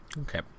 Okay